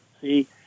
See